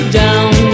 down